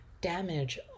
damage